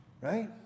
Right